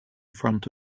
front